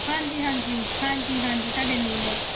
ਹਾਂਜੀ ਹਾਂਜੀ ਹਾਂਜੀ ਹਾਂਜੀ ਤੁਹਾਡੇ ਨੇਬਰਸ